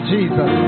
Jesus